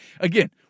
again